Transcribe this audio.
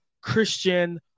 Christian